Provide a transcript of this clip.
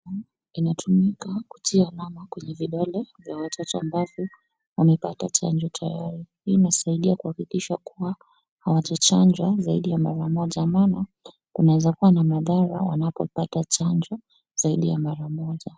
Inatumika kutia alama kwenye vidole vya watoto ambao wamepata chanjo tayari. Hii inasaidia kuhakikisha kuwa hawatachanjwa zaidi ya mara moja. Maana kunaeza kuwa na madawa wanapopata chanjo husaidia mara moja.